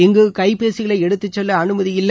இங்கு கைபேசிகளை எடுத்து செல்ல அனுமதி இல்லை